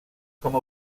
com